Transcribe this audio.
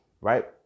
Right